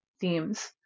themes